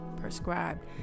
prescribed